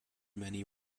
many